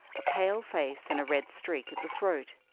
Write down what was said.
a pale face, and a red streak at the throat.